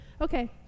Okay